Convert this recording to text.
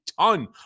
ton